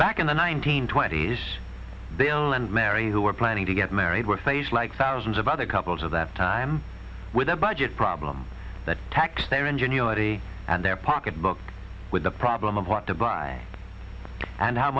back in the one nine hundred twenty s they'll and mary who were planning to get married were face like thousands of other couples of that time with a budget problem that tax their ingenuity and their pocketbook with the problem of what to buy and how